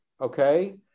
Okay